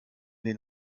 den